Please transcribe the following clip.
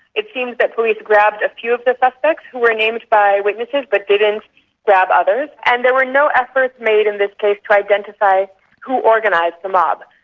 it seems that police grabbed a few of the suspects who were named by witnesses but didn't grab others, and there were no efforts made in this case to identify who organised the mob.